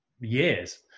years